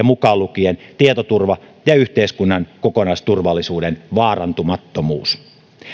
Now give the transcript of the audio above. mukaan lukien tietoturva ja yhteiskunnan kokonaisturvallisuuden vaarantumattomuus